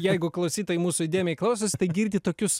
jeigu klausytojai mūsų įdėmiai klausosi tai girdi tokius